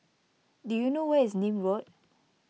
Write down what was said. do you know where is Nim Road